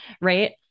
right